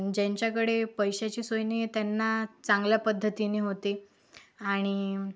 ज्यांच्याकडे पैशाची सोय नाही आहे त्यांना चांगल्या पद्धतीने होते आणि